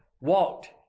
walked